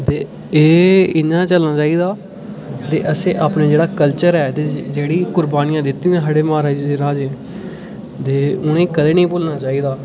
ते एह् उ'आं गै चलना चाहिदा ते असें अपना कल्चर ऐ जेह्ड़ियां कुर्बानीयां दित्ती दियां साढ़े महाराजे राजे दे उ'नें ई कदे निं भुल्लना चाहिदा